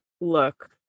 look